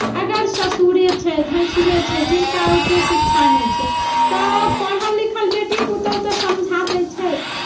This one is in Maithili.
अगर ससुरे छै भैँसुरे छै जिनका ओतेक शिक्षा नहि छै तऽ पढ़ल लिखल बेटी पुतहु तऽ समझा दैत छै